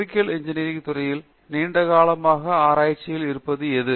chemical engineering துறையில் நீண்ட காலமாக ஆராய்ச்சியில் இருப்பது எது